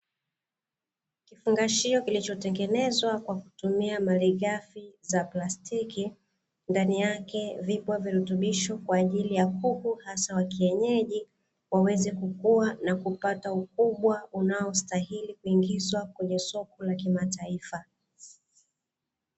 Kifungashio kilichotengenezwa kwa kutumia malighafi za plastiki ndani yake vipo virutubisho kwa ajili ya kuku hasa wa kienyeji waweze kukua na kupata ukubwa unaostahili kuingizwa kwenye soko la kimataifa